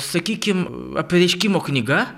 sakykim apreiškimo knyga